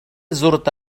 زرت